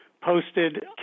posted